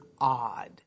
odd